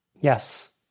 Yes